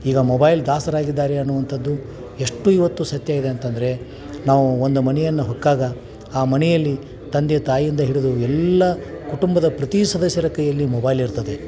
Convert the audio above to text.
ಈಗ ಮೊಬೈಲ್ ದಾಸರಾಗಿದ್ದಾರೆ ಅನ್ನುವಂಥದ್ದು ಎಷ್ಟು ಇವತ್ತು ಸತ್ಯ ಇದೆ ಅಂತಂದರೆ ನಾವು ಒಂದು ಮನೆಯನ್ನು ಹೊಕ್ಕಾಗ ಆ ಮನೆಯಲ್ಲಿ ತಂದೆ ತಾಯಿಯಿಂದ ಹಿಡಿದು ಎಲ್ಲ ಕುಟುಂಬದ ಪ್ರತಿ ಸದಸ್ಯರ ಕೈಯಲ್ಲಿ ಮೊಬೈಲ್ ಇರ್ತದೆ